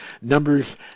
numbers